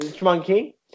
monkey